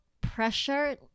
pressure